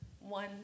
one